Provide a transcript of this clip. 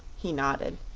he nodded.